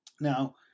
now